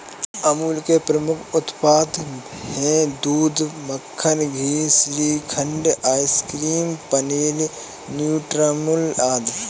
अमूल के प्रमुख उत्पाद हैं दूध, मक्खन, घी, श्रीखंड, आइसक्रीम, पनीर, न्यूट्रामुल आदि